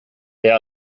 der